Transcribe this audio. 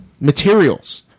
materials